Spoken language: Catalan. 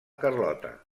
carlota